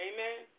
Amen